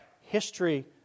History